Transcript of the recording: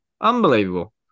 Unbelievable